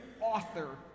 author